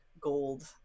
gold